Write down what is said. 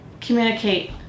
communicate